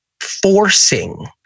forcing